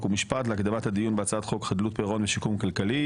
ומשפט להקדמת הדיון בהצעת חוק חדלות פירעון ושיקום כלכלי,